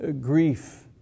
grief